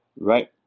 right